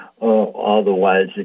otherwise